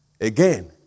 Again